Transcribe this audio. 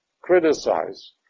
criticize